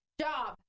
Job